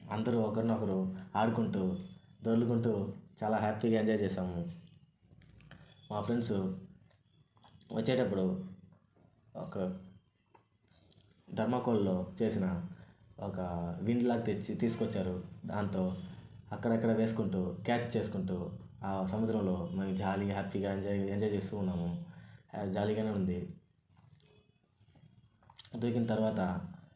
అందరు ఒకరికొకరు ఆడుకుంటు దొర్లుకుంటు చాలా హ్యాపీగా ఎంజాయ్ చేసాము మా ఫ్రెండ్స్ వచ్చేటప్పుడు ఒక ధర్మకోల్లో చేసిన ఒక విండ్లాగా తెచ్చి తీసుకొచ్చారు తీసుకొచ్చారు దాంతో అక్కడక్కడ వేసుకుంటూ క్యాచ్ చేసుకుంటు ఆ సముద్రంలో మేము జాలీగా హ్యాపీగా ఎంజాయ్ ఎంజాయ్ చేస్తూ ఉన్నాము జాలిగానే ఉంది దూకిన తర్వాత